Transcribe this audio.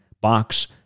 box